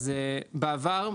בעבר,